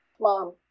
Mom